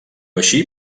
així